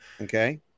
Okay